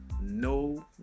no